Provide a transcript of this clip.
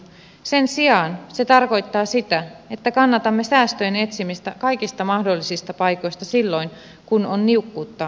sen sijaan se tarkoittaa sitä että kannatamme säästöjen etsimistä kaikista mahdollisista paikoista silloin kun on niukkuutta jaossa